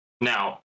Now